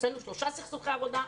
הוצאנו שלושה סכסוכי עבודה,